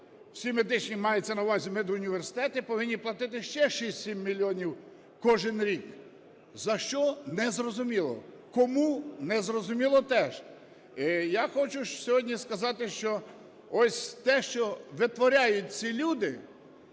всі медичні, мається на увазі медуніверситети, повинні плати ще 6-7 мільйонів кожен рік. За що – не зрозуміло. Кому – не зрозуміло теж. Я хочу сьогодні сказати, що ось те, що витворяють ці люди,